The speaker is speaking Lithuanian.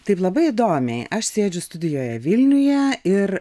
taip labai įdomiai aš sėdžiu studijoje vilniuje ir